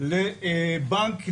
לבנק לאומי,